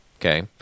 okay